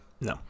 No